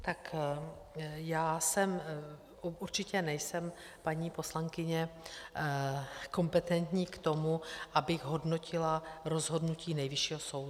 Tak já určitě nejsem, paní poslankyně, kompetentní k tomu, abych hodnotila rozhodnutí Nejvyššího soudu.